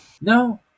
No